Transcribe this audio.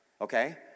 okay